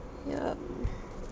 ya